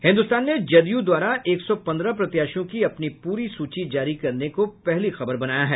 हिन्दुस्तान ने जदयू द्वारा एक सौ पन्द्रह प्रत्याशियों की अपनी पूरी सूची जारी करने को पहली खबर बनाया है